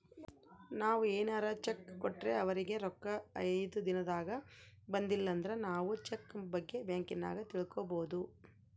ನಾವು ಏನಾರ ಚೆಕ್ ಕೊಟ್ರೆ ಅವರಿಗೆ ರೊಕ್ಕ ಐದು ದಿನದಾಗ ಬಂದಿಲಂದ್ರ ನಾವು ಚೆಕ್ ಬಗ್ಗೆ ಬ್ಯಾಂಕಿನಾಗ ತಿಳಿದುಕೊಬೊದು